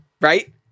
right